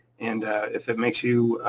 and if that makes you.